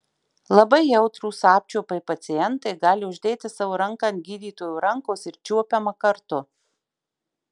labai jautrūs apčiuopai pacientai gali uždėti savo ranką ant gydytojo rankos ir čiuopiama kartu